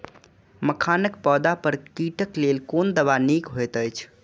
मखानक पौधा पर कीटक लेल कोन दवा निक होयत अछि?